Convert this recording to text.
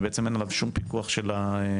ובעצם אין עליו שום פיקוח של הכנסת.